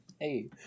Hey